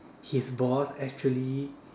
his boss actually